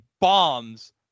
bombs